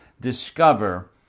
discover